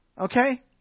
Okay